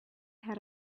had